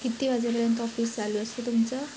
किती वाजेपर्यंत ऑफिस चालू असतं तुमचं